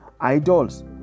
idols